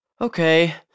Okay